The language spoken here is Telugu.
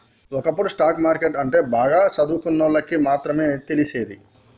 ఒకప్పుడు స్టాక్ మార్కెట్టు అంటే బాగా చదువుకున్నోళ్ళకి మాత్రమే తెలిసేది